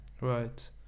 right